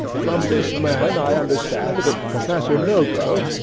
from this man i understand that professor nogo,